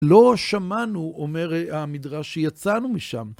לא שמענו, אומר המדרש, יצאנו משם.